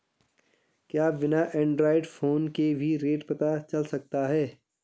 क्या बिना Android phone के भी रेट पता चल सकता है?